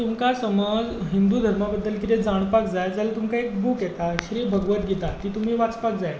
तुमकां समज हिंदू धर्मा बद्दल कितें जाणपाक जाय जाल्यार तुमकां एक बूक येता श्रीभगवदगीता ती तुमी वाचपाक जाय